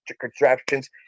contraptions